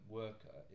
worker